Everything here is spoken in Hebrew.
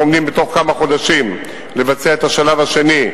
אנחנו עומדים בתוך כמה חודשים לבצע את השלב השני,